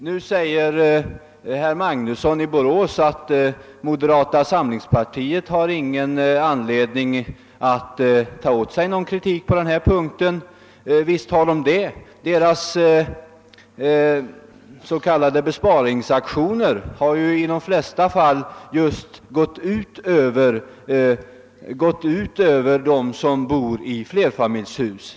Herr Magnusson i Borås säger att moderata samlingspartiet inte har anledning att ta åt sig någon kritik på denna punkt. Detta är inte riktigt. Deras s.k. besparingsaktioner har ju i de flesta fall gått ut just över dem som bor i flerfamiljshus.